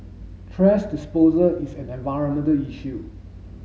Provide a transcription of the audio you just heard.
thrash disposal is an environmental issue